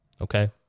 Okay